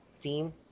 team